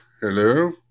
Hello